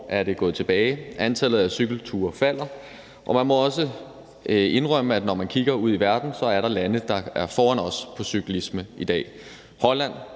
er det gået tilbage. Antallet af cykelture falder, og man må også indrømme, at når man kigger ud i verden, er der lande, der i dag er foran os, når det gælder cyklisme. Holland